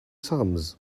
sums